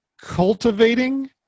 cultivating